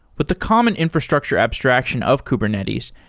with the common infrastructure abstraction of kubernetes,